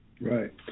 Right